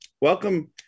welcome